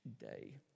day